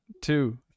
two